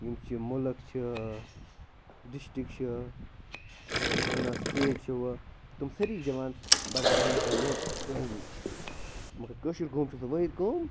یِم چھِ مُلک چھِ ڈِسٹرک چھِ سُہ تہِ أسۍ چھِ وَنان سِٹیٹ چھِوٕ تِم سٲری چھِ دِوان بَڑاو پنٕنہِ پنٕنہِ لینٛگویج مگر کٲشِر قوم چھُ سۄ وٲحِد قوم